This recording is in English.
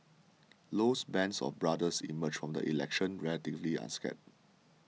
Low's band of brothers emerged from the election relatively unscathed